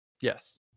Yes